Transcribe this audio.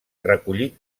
recollit